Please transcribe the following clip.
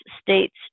states